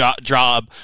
job